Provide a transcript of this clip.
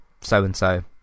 so-and-so